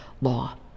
law